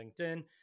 LinkedIn